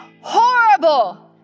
horrible